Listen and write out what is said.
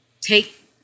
take